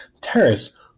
Terrace